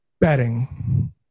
betting